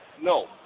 No